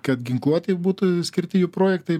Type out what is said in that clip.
kad ginkluotei būtų skirti jų projektai